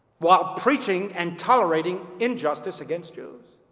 while preaching and tolerating injustice against jews.